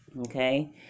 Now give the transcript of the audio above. Okay